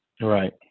right